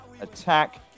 attack